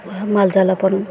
ओ हमर गलत आर नहि